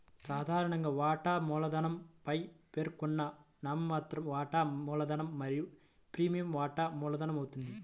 సాధారణంగా, వాటా మూలధనం పైన పేర్కొన్న నామమాత్ర వాటా మూలధనం మరియు ప్రీమియం వాటా మూలధనమవుతుంది